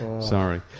Sorry